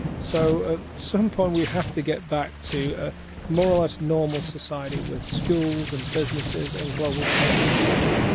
so at ah some point we have to get back to a more or less normal society with schools and businesses and global trade and travel